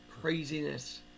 craziness